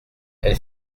elle